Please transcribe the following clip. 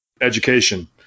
education